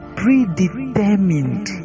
predetermined